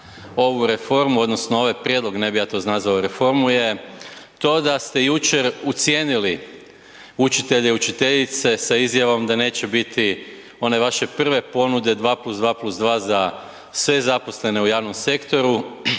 ovu reformu odnosno ovaj prijedlog, ne bih ja to nazvao reformu, je to da ste jučer ucijenili učitelje i učiteljice sa izjavom da neće biti one vaše prve ponude 2+2+2 za sve zaposlene u javnom sektoru